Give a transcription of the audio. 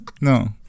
no